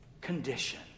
condition